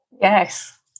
Yes